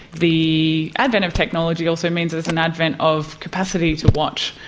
the advent of technology also means there's an advent of capacity to watch,